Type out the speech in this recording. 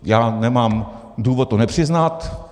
Já nemám důvod to nepřiznat.